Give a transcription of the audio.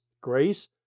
grace